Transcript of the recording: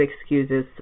excuses